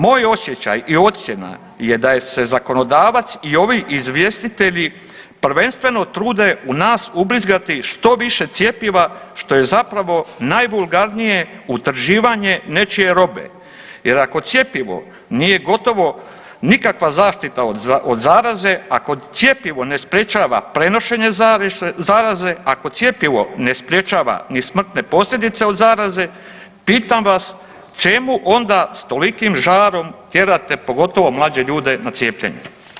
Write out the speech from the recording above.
Moj osjećaj i ocjena je da je se zakonodavac i ovi izvjestitelji prvenstveno trude u nas ubrizgati što više cjepiva što je zapravo najvulgarnije utrživanje nečije robe jer ako cjepivo nije gotovo nikakva zaštita od zaraze, ako cjepivo ne sprječava prenošenje zaraze, ako cjepivo ne sprječava ni smrtne posljedice od zaraze pitam vas čemu onda s tolikim žarom tjerate pogotovo mlađe ljude na cijepljenje.